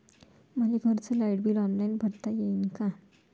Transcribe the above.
मले घरचं light bill online भरता येईन का?